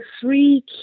three